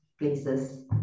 places